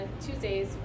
Tuesdays